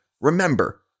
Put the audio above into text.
remember